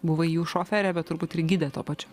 buvai jų šofere bet turbūt ir gidė tuo pačiu